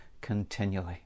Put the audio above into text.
continually